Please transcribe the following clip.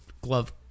glove